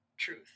truth